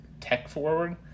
tech-forward